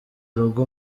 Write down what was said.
urugo